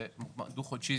דיווח דו חודשי,